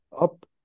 up